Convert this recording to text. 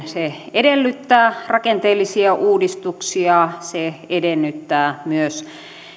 edellyttää rakenteellisia uudistuksia se edellyttää myös